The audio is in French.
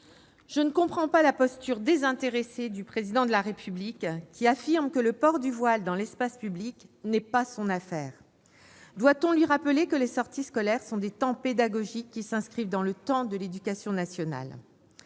Je ne comprends pas la posture de désintérêt du Président de la République, qui affirme que le port du voile dans l'espace public n'est pas son affaire. Doit-on lui rappeler que les sorties scolaires sont des temps pédagogiques s'inscrivant dans le temps de l'éducation nationale ?